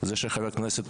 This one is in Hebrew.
זה שחבר הכנסת